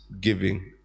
giving